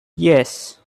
yes